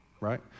right